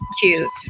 cute